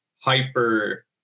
hyper